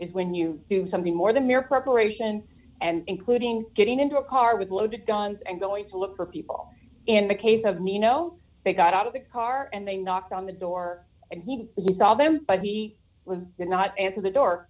is when you do something more than mere preparation and including getting into a car with loaded guns and going to look for people in the case of nino they got out of the car and they knocked on the door and he saw them but he was did not answer the door